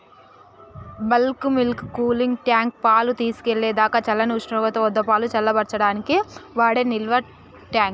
bulk milk cooling tank, పాలు తీసుకెళ్ళేదాకా చల్లని ఉష్ణోగ్రత వద్దపాలు చల్లబర్చడానికి వాడే నిల్వట్యాంక్